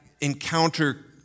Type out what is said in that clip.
encounter